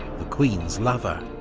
the queen's lover.